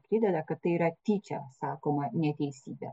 prideda kad tai yra tyčia sakoma neteisybė